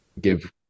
give